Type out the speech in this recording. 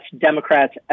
Democrats